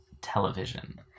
television